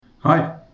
Hi